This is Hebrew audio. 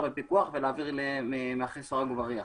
בפיקוח ולהעביר למעצר מאחורי סורג ובריח.